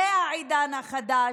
זה העידן החדש,